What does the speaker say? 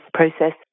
process